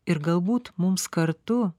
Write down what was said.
ir galbūt mums kartu